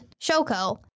Shoko